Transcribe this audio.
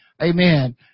Amen